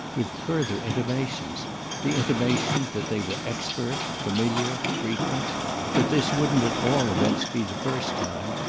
with further intimations the intimation that they were expert, familiar, frequent that this wouldn't at all events be the first time.